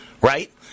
right